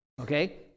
Okay